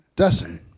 Dustin